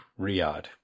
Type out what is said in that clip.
Riyadh